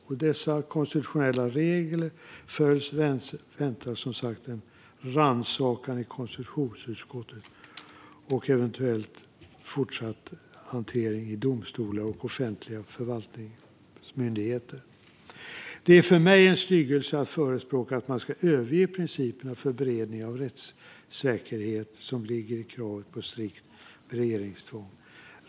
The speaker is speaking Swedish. Om inte dessa konstitutionella regler följs väntar, som sagt, en rannsakan i konstitutionsutskottet och eventuellt fortsatt hantering i domstolar och i offentliga förvaltningsmyndigheter. Det är för mig en styggelse att förespråka att man ska överge principerna för beredning och rättssäkerhet som ligger i kravet på strikt beredningstvång.